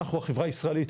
החברה הישראלית,